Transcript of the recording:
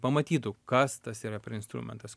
pamatytų kas tas yra per instrumentas